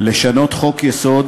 לשנות חוק-יסוד